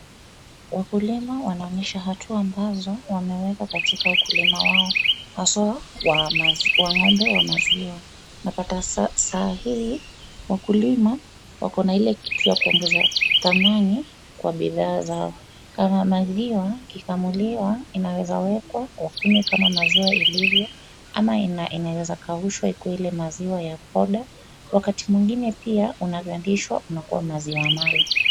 Wakulima wanaonyesha hatua ambazo wameweka katika ukulima wao haswa wa ng'ombe wa maziwa. Unapata saa hii wakulima wakona ile kitu ya kuongeza dhamani kwa bidhaa zao. Kama maziwa ikikamuliwa inaweza wekwa wakunywe kama maziwa ilivyo ama inaweza kaushwa ikue ile maziwa ya powder . Wakati mwingine pia inagandishwa inakuwa maziwa mala.